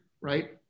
right